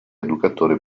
educatore